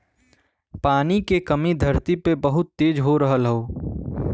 पानी के कमी धरती पे बहुत तेज हो रहल हौ